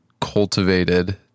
cultivated